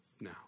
now